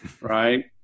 right